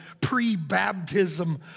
pre-baptism